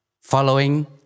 following